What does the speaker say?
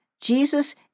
Jesus